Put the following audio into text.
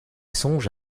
songe